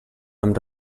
amb